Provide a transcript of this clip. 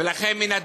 אני מבקשת לסיים.